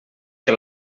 que